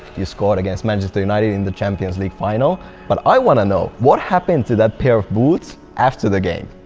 you scored against manchester united in the champions league final but i wanna know what happened to that pair of boots after the game?